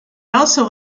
also